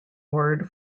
word